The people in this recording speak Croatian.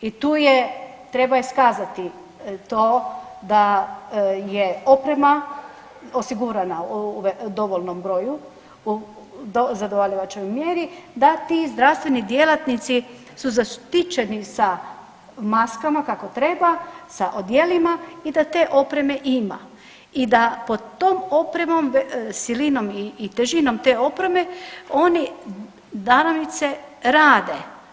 I tu je treba iskazati to da je oprema osigurana u dovoljnom broju, u zadovoljavajućoj mjeri da ti zdravstveni djelatnici su zaštićeni sa maskama kako treba, sa odjelima i da te opreme ima i da pod tom opremom, silinom i težinom te opreme oni danomice rade.